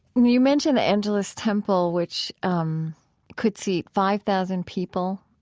you mentioned the angelus temple, which um could seat five thousand people.